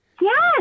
Yes